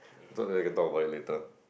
talk about it later